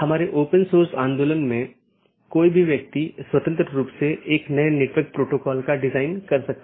एक AS traffic की निश्चित श्रेणी के लिए एक विशेष AS पाथ का उपयोग करने के लिए ट्रैफिक को अनुकूलित कर सकता है